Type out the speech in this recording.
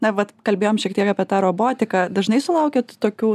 na vat kalbėjom šiek tiek apie tą robotiką dažnai sulaukiat tokių